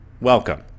welcome